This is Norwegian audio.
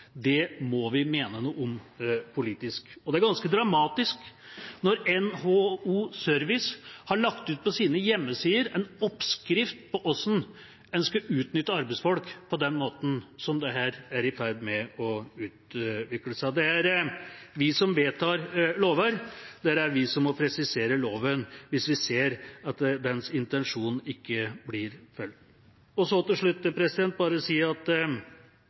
Det må vi mene noe om politisk. Det er ganske dramatisk når NHO Service har lagt ut på sine hjemmesider en oppskrift på hvordan en skal utnytte arbeidsfolk på den måten som dette er i ferd med å utvikle seg på. Det er vi som vedtar lover. Det er vi som må presisere loven, hvis vi ser at dens intensjon ikke blir fulgt. Til slutt vil jeg si at